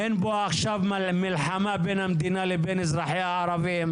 אין פה עכשיו מלחמה בין המדינה לבין אזרחיה הערבים,